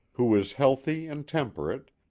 who was healthy and temperate,